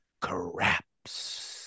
Craps